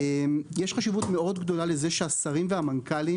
יש חשיבות מאוד גדולה לזה שהשרים והמנכ"לים